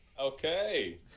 okay